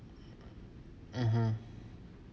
(uh huh)